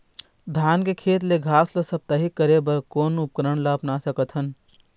धान के खेत ले घास ला साप्ताहिक करे बर कोन उपकरण ला अपना सकथन?